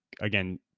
again